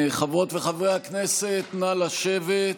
חברות וחברי הכנסת, נא לשבת.